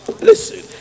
Listen